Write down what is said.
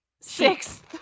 six